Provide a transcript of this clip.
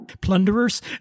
Plunderers